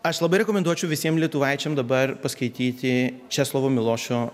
aš labai rekomenduočiau visiem lietuvaičiam dabar paskaityti česlovo milošo